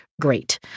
great